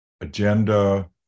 agenda